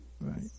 right